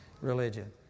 religion